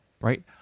right